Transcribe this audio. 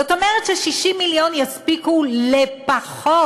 זאת אומרת ש-60 מיליון יספיקו לפחות,